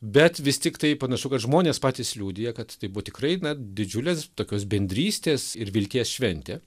bet vis tiktai panašu kad žmonės patys liudija kad tai buvo tikrai na didžiulės tokios bendrystės ir vilties šventė